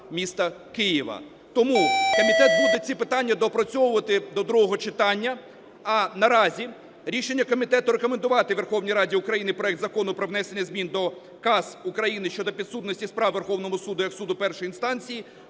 міста Києва. Тому комітет буде ці питання доопрацьовувати до другого читання, а наразі рішення комітету: рекомендувати Верховній Раді України проект Закону про внесення змін до КАС України щодо підсудності справ Верховному Суду як суду першої інстанції